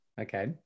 Okay